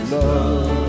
love